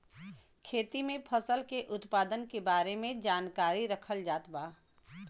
खेती में फसल के उत्पादन के बारे में जानकरी रखल जात बा